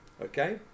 okay